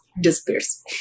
disappears